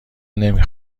نمی